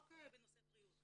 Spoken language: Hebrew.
רק בנושא בריאות.